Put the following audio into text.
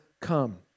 come